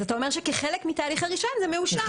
אתה אומר כחלק מתהליך הרישיון, זה מאושר.